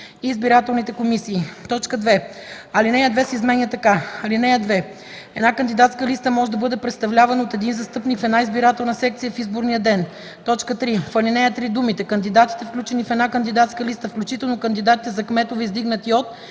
и избирателните комисии.” 2. Алинея 2 се изменя така: „(2) Една кандидатска листа може да бъде представлявана от един застъпник в една избирателна секция в изборния ден.” 3. В ал. 3 думите „кандидатите, включени в една кандидатска листа, включително кандидатите за кметове, издигнати от”